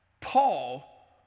Paul